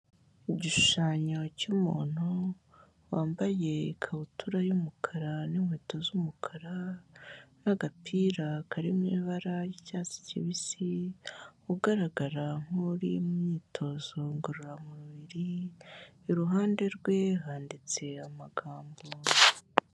Igishushanyo cy'umuntu wambaye ikabutura y'umukara, n'inkweto z'umukara n'agapira kari mu ibara ry'icyatsi kibisi, ugaragara nk'uri mu myitozo ngororamubiri, iruhande rwe handitse amagambo.